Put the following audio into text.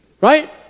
Right